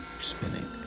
spinning